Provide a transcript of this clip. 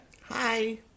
Hi